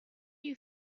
you